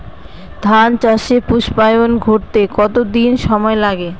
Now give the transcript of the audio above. ধান চাষে পুস্পায়ন ঘটতে কতো দিন সময় লাগে?